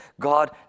God